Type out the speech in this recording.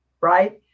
Right